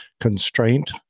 constraint